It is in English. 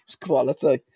quality